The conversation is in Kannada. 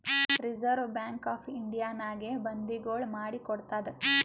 ರಿಸರ್ವ್ ಬ್ಯಾಂಕ್ ಆಫ್ ಇಂಡಿಯಾನಾಗೆ ಬಂದಿಗೊಳ್ ಮಾಡಿ ಕೊಡ್ತಾದ್